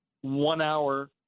one-hour